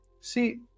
See